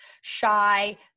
Shy